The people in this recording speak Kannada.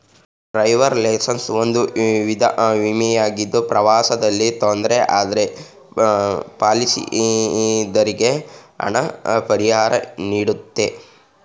ಟ್ರಾವೆಲ್ ಇನ್ಸೂರೆನ್ಸ್ ಒಂದು ವಿಧ ವಿಮೆ ಆಗಿದ್ದು ಪ್ರವಾಸದಲ್ಲಿ ತೊಂದ್ರೆ ಆದ್ರೆ ಪಾಲಿಸಿದಾರರಿಗೆ ಹಣ ಪರಿಹಾರನೀಡುತ್ತೆ